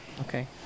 Okay